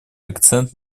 акцент